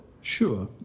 Sure